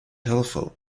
telephone